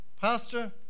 Pastor